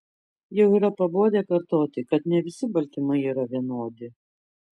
jau yra pabodę kartoti kad ne visi baltymai yra vienodi